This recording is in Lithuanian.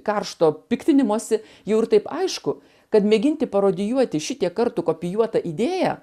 karšto piktinimosi jau ir taip aišku kad mėginti parodijuoti šitiek kartų kopijuotą idėją